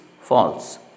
false